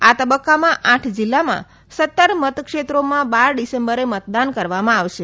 આ તબકકામાં આઠ જીલ્લામાં સત્તર મતક્ષેત્રોમાં બાર ડીસેમ્બરે મતદાન કરવામાં આવશે